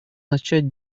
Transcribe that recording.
начать